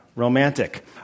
romantic